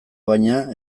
baina